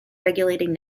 regulating